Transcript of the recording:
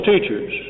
teachers